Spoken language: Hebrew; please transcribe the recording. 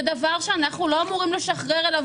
זה דבר שאנחנו לא אמורים לשחרר אליו